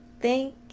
thank